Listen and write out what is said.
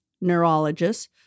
neurologist